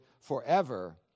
forever